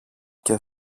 και